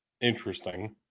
interesting